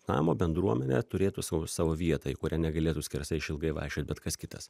namo bendruomenė turėtų sau savo vietą į kurią negalėtų skersai išilgai vaikščiot bet kas kitas